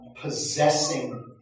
possessing